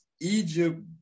Egypt